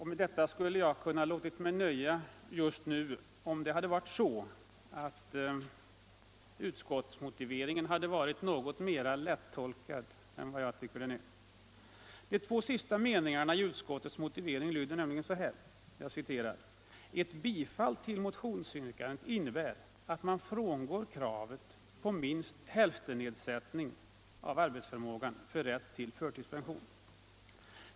Med det skulle jag kunna låta mig nöja, just nu, om det hade varit så att utskottsmotiveringen hade varit något mera lättolkad. De två sista meningarna i utskottets motivering lyder så här: ”Ett bifall till motionsyrkandet innebär att man frångår kravet på minst hälftennedsättning av arbetsförmågan för rätt till förtidspension.